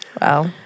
Wow